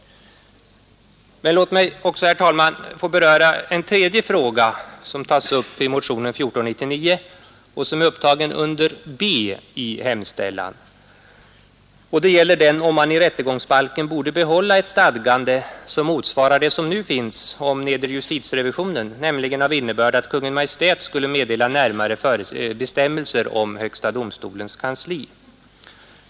Men låt mig också, herr talman, få beröra en tredje fråga, som tas upp i motionen 1499 och som behandlas under B i hemställan. Den gäller om man i rättegångsbalken borde behålla ett stadgande som motsvarar det som nu finns om nedre justitierevisionen, att Kungl. Maj:t skulle meddela närmare bestämmelser om högsta domstolens kansli.